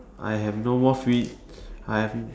I have no more free I have